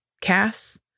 Cass